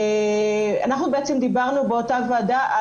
אנחנו דיברנו באותה ועדה,